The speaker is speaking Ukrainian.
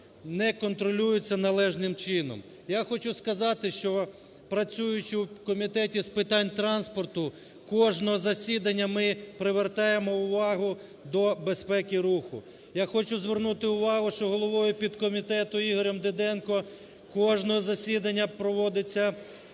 не контролюється належним чином. Я хочу сказати, що, працюючи в Комітеті з питань транспорту, кожного засідання ми привертаємо увагу до безпеки руху. Я хочу звернути увагу, що головою підкомітету Ігорем Діденком кожного засідання проводиться